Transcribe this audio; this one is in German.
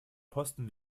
posten